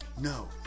No